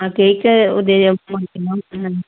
ആ കേക്ക്